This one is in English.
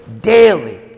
daily